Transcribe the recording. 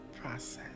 Process